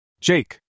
Jake